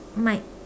might